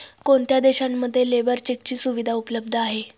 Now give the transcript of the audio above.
कोणत्या देशांमध्ये लेबर चेकची सुविधा उपलब्ध आहे?